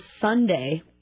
Sunday